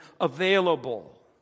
available